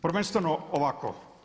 Prvenstveno ovako.